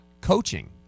coaching